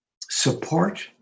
support